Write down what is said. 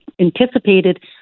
anticipated